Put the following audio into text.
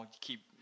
keep